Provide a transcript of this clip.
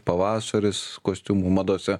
pavasaris kostiumų madose